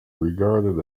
regarded